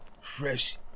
fresh